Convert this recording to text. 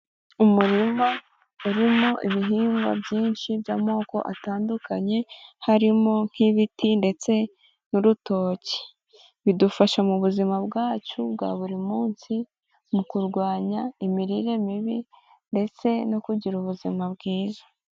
Umurima urimo ibihingwa byinshi by'amoko atandukanye, harimo nk'ibiti ndetse n'urutoki, bidufasha mu buzima bwacu bwa buri munsi, mu kurwanya imirire mibi ndetse no kugira ubuzima bwiza.